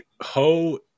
Ho